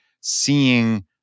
seeing